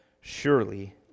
surely